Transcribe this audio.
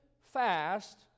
fast